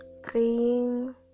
Praying